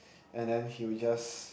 and then he would just